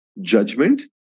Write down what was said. judgment